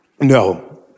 No